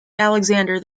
alexander